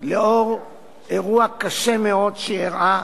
בעקבות אירוע קשה מאוד שאירע,